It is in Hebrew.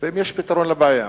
ואם יש פתרון לבעיה.